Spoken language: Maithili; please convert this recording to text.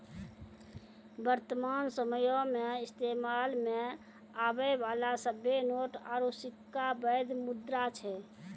वर्तमान समयो मे इस्तेमालो मे आबै बाला सभ्भे नोट आरू सिक्का बैध मुद्रा छै